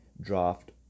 draft